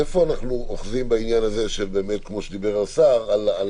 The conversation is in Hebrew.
איפה אנחנו אוחזים בעניין הזה לטובת איזשהו